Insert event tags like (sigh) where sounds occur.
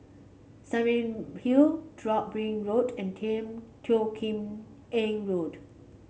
(unintelligible) Hill drop bring Road and (unintelligible) Teo Kim Eng Road